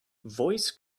voice